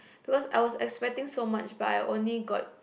because I was expecting so much but I only got